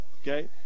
okay